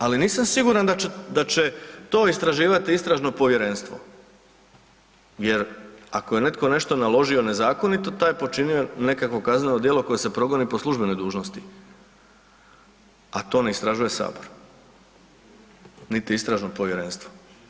Ali nisam siguran da će to istraživati istražno povjerenstvo, jer ako je netko nešto naložio nezakonito taj je počinio nekakvo kazneno djelo koje se progoni po službenoj dužnosti, a to ne istražuje sabor, niti istražno povjerenstvo.